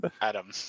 Adam